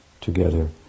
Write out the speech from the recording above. together